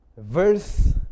Verse